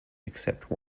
except